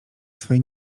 swej